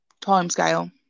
timescale